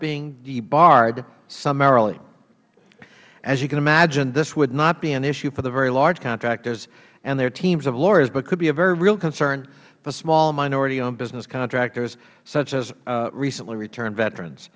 being debarred summarily as you can imagine this would not be an issue for the very large contractors and their teams of lawyers but could be a very real concern for small and minority owned business contractors such as recently returned veterans